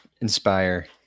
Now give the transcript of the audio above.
inspire